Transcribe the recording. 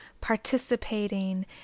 participating